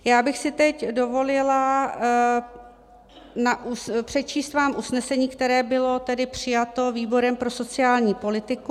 Já bych si teď dovolila přečíst vám usnesení, které bylo přijato výborem pro sociální politiku.